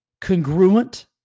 congruent